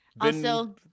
Also-